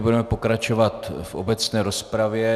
Budeme pokračovat v obecné rozpravě.